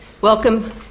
Welcome